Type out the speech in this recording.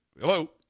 Hello